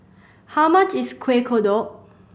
how much is Kueh Kodok